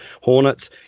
Hornets